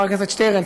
חבר הכנסת שטרן?